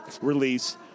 release